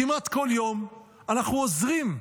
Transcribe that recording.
כמעט כל יום אנחנו עוזרים,